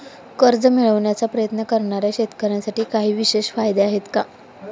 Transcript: कर्ज मिळवण्याचा प्रयत्न करणाऱ्या शेतकऱ्यांसाठी काही विशेष फायदे आहेत का?